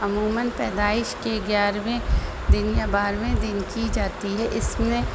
عموماً پیدائش کے گیارہویں دن یا بارہویں دن کی جاتی ہے اس میں